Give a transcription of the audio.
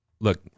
Look